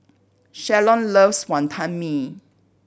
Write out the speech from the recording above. Shalon loves Wantan Mee